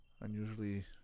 unusually